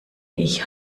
ich